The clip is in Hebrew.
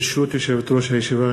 ברשות יושבת-ראש הישיבה,